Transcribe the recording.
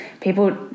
people